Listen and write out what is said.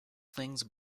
things